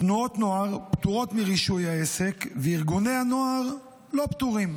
תנועות נוער פטורות מרישוי העסק וארגוני הנוער לא פטורים.